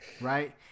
right